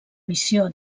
missió